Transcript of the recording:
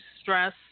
stress